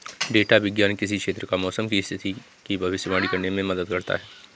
data विज्ञान किसी क्षेत्र की मौसम की स्थिति की भविष्यवाणी करने में मदद करता है